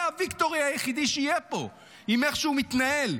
זה ה-victory היחידי שיהיה פה, עם איך שהוא מתנהל.